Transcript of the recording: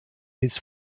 his